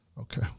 Okay